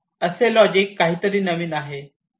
असे लॉजिक काहीतरी नवीन आहे